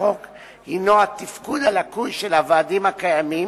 החוק הינו התפקוד הלקוי של הוועדים הקיימים,